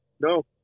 No